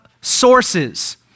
sources